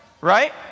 Right